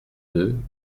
deux